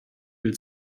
will